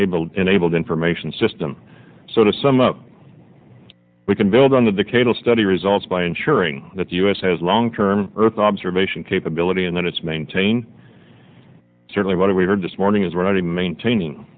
spatial enabled information system so to sum up we can build on that the cable study results by ensuring that the u s has long term earth observation capability and then it's maintain certainly what we heard this morning is we're not even maintaining